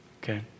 okay